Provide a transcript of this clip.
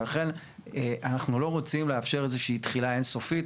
ולכן אנחנו לא מוצאים לאפשר איזה שהיא תחילה אין סופית.